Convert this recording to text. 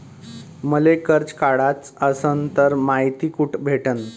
मले कर्ज काढाच असनं तर मायती कुठ भेटनं?